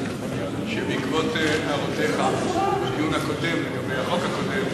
בעקבות הערותיך בדיון הקודם לגבי החוק הקודם,